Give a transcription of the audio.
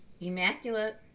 Immaculate